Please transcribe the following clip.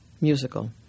musical